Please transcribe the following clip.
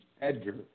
EDGAR